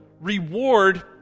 reward